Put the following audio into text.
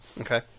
Okay